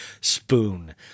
Spoon